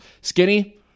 skinny